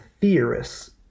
theorists